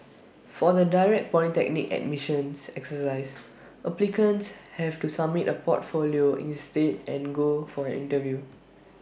for the direct polytechnic admissions exercise applicants have to submit A portfolio instead and go for an interview